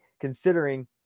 considering